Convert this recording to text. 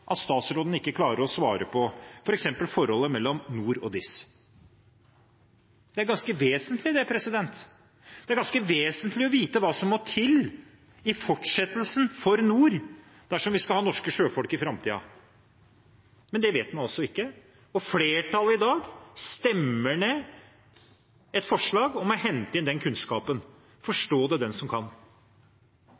at statsråden ikke klarer å svare om f.eks. forholdet mellom NOR og NIS. Det er ganske vesentlig. Det er ganske vesentlig å vite hva som må til i fortsettelsen for NOR dersom vi skal ha norske sjøfolk i framtiden. Men det vet man altså ikke, og flertallet i dag stemmer ned et forslag om å hente inn den kunnskapen.